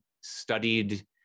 studied